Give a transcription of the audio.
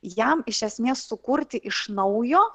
jam iš esmės sukurti iš naujo